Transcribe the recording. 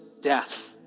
death